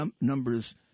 numbers